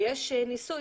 ויש ניסוי,